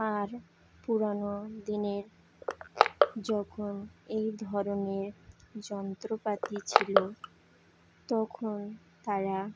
আর পুরানো দিনের যখন এই ধরনের যন্ত্রপাতি ছিল তখন তারা